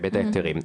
בהיבט ההיתרים.